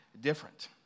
different